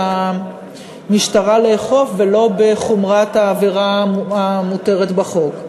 המשטרה לאכוף ולא בקביעת חומרת העבירה המותרת בחוק.